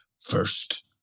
first